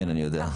כן, אני יודע.